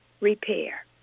repair